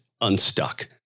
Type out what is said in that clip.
unstuck